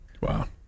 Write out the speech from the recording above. Wow